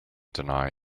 deny